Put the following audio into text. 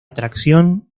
tracción